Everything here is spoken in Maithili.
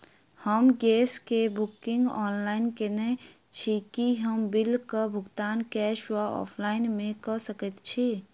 हम गैस कऽ बुकिंग ऑनलाइन केने छी, की हम बिल कऽ भुगतान कैश वा ऑफलाइन मे कऽ सकय छी?